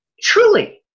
truly